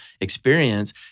experience